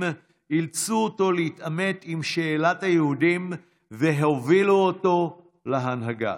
אילצו אותו להתעמת עם שאלת היהודים והובילו אותו להנהגה.